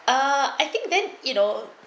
uh I think then you know